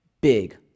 big